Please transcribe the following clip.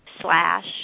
slash